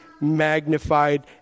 magnified